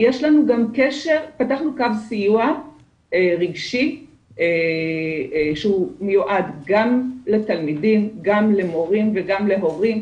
פתחנו קו סיוע רגשי שהוא מיועד גם לתלמידים גם למורים וגם להורים,